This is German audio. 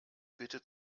bitte